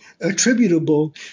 attributable